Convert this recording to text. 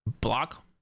block